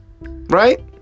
right